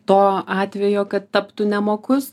to atvejo kad taptų nemokus